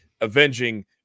avenging